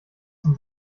zum